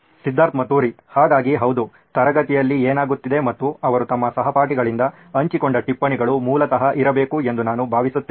ಸಿದ್ಧಾರ್ಥ್ ಮತುರಿ ಹಾಗಾಗಿ ಹೌದು ತರಗತಿಯಲ್ಲಿ ಏನಾಗುತ್ತಿದೆ ಮತ್ತು ಅವರು ತಮ್ಮ ಸಹಪಾಠಿಗಳಿಂದ ಹಂಚಿಕೊಂಡ ಟಿಪ್ಪಣಿಗಳು ಮೂಲತಃ ಇರಬೇಕು ಎಂದು ನಾನು ಭಾವಿಸುತ್ತೇನೆ